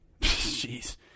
Jeez